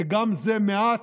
וגם זה מעט,